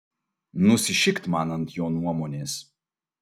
nusišikt man ant jo nuomonės